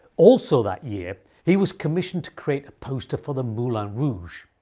also that year he was commissioned to create a poster for the moulin rouge.